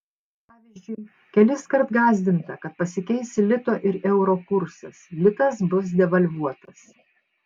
pavyzdžiui keliskart gąsdinta kad pasikeis lito ir euro kursas litas bus devalvuotas